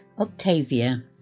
Octavia